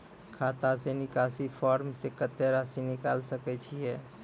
खाता से निकासी फॉर्म से कत्तेक रासि निकाल सकै छिये?